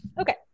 Okay